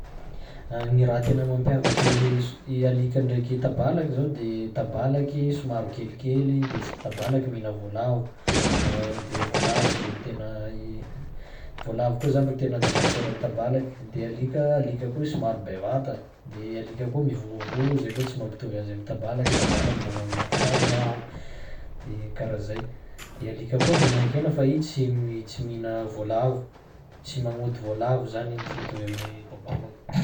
Gny raha tena mampiavaky i alika ndraiky tabalaky zao de tabalaky somary kelikely de s- tabalaky mihina voalavo de voalavo rô tena, voalavo koa zany ro tena adversairan'ny tabalaky; de alika, alika koa somary bevata de alika koa mivovò zay kô tsy mampitovy azy amy tabalaky, tabalaky manao miaou-miaou de karaha zay, de alika koa mihinan-kena fa i tsy mi- tsy mihina voalavo, tsy magnody voalavo zany igny tsy mitovy amin'ny an'ny tabalaky.